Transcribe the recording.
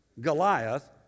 Goliath